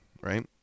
right